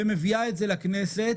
ומביאה את זה לכנסת.